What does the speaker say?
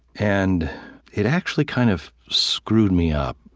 and it actually kind of screwed me up